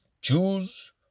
Choose